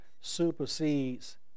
supersedes